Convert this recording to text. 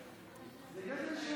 נתקבלה.